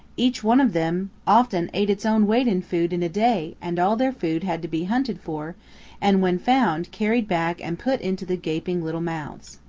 each one of them often ate its own weight in food in a day and all their food had to be hunted for and when found carried back and put into the gaping little mouths.